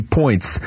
points